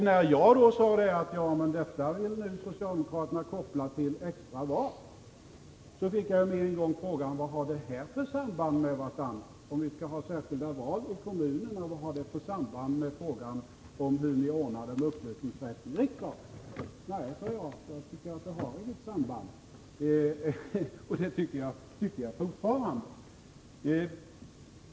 När jag sade att socialdemokraterna vill koppla detta till extraval, fick jag frågan: Vad har frågan om särskilda val i kommunerna för samband med frågan om upplösningsrätten? Jag svarade att jag inte tyckte att de hade något samband, och det tycker jag fortfarande.